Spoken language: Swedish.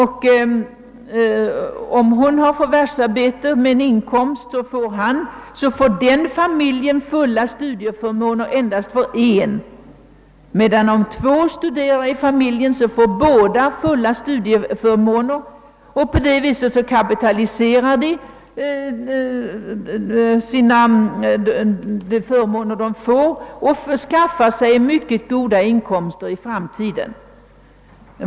I så fall får familjen inte fulla studieförmåner för en person. Om två studerar i en familj, får den familjen däremot fulla studieförmåner för 2 personer, och kan på det sättet kapitalisera det belopp de erhåller och skaffa sig mycket goda inkomster i framtiden.